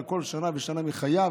על כל שנה ושנה מחייו,